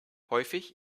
häufig